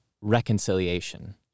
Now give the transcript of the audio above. reconciliation